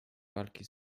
walki